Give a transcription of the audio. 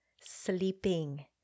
sleeping